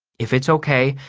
if it's okay,